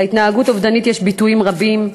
להתנהגות אובדנית יש ביטויים רבים,